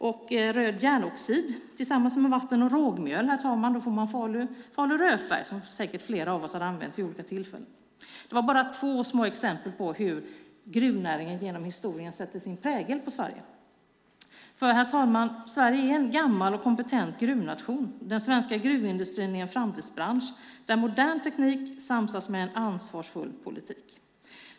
Av röd järnoxid, vatten och rågmjöl får man Falu rödfärg som flera av oss säkert har använt. Det är två exempel på hur gruvnäringen genom historien har satt sin prägel på Sverige. Herr talman! Sverige är en gammal och kompetent gruvnation. Den svenska gruvindustrin är en framtidsbransch där modern teknik samsas med en ansvarsfull politik.